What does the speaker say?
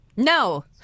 No